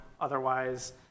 Otherwise